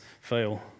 fail